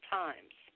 times